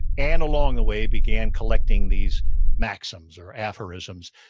and along the way began collecting these maxims, or aphorisms,